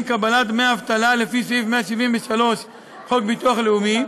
קבלת דמי אבטלה לפי סעיף 173 חוק הביטוח הלאומי,